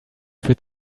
für